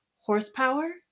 Horsepower